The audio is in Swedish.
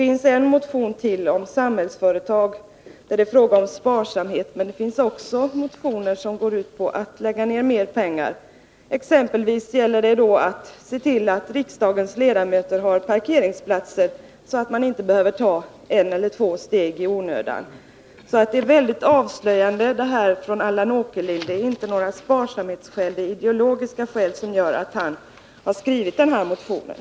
I en motion om Samhällsföretag är det fråga om sparsamhet, men han har också väckt motioner som går ut på att det skall satsas mer pengar. Exempelvis gäller det att se till att riksdagens ledamöter har parkeringsplatser så att de inte behöver ta ett eller två steg i onödan. Det är väldigt avslöjande. Det är inte sparsamhetsskäl utan ideologiska skäl som gör att Allan Åkerlind har skrivit den här motionen.